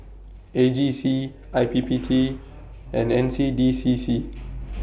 A G C I P P T and N C D C C